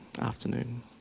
afternoon